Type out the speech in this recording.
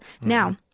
Now